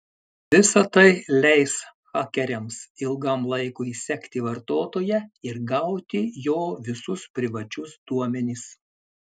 visa tai leis hakeriams ilgam laikui sekti vartotoją ir gauti jo visus privačius duomenis